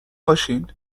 باشین